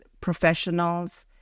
professionals